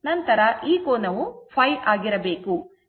ನಂತರ ಈ ಕೋನವು ϕ ಆಗಿರಬೇಕು